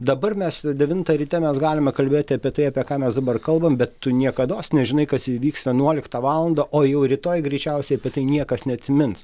dabar mes devintą ryte mes galime kalbėti apie tai apie ką mes dabar kalbam bet tu niekados nežinai kas įvyks vienuoliktą valandą o jau rytoj greičiausiai apie tai niekas neatsimins